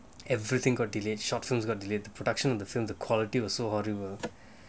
everything got delayed short films got delayed the production of the film the quality was so horrible